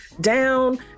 down